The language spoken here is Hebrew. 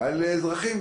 על אזרחים?